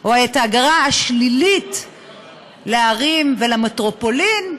או את ההגירה השלילית לערים ולמטרופולין,